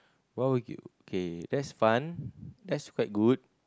what would you okay that's fun that's quite good